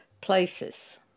places